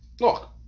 Look